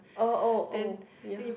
oh oh oh ya